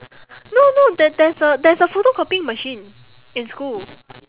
no no there there's a there's a photocopying machine in school